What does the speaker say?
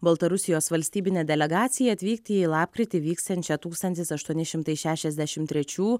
baltarusijos valstybinę delegaciją atvykti į lapkritį vyksiančią tūkstantis aštuoni šimtai šešiasdešim trečių